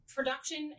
production